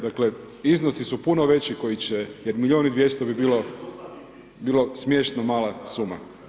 Dakle, iznosi su puno veći koji će, jer milijun i 200 bi bilo smiješna mala suma.